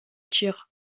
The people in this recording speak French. tir